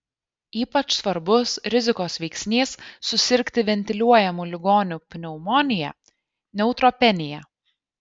ypač svarbus rizikos veiksnys susirgti ventiliuojamų ligonių pneumonija neutropenija